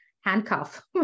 Handcuff